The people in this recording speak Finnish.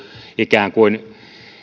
ikään kuin